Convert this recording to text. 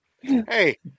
Hey